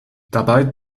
dabei